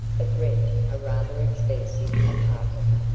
but rent a rather expensive apartment,